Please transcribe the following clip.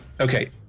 okay